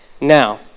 Now